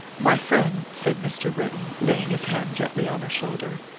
my friend, said mr. britton, laying his hand gently on her shoulder,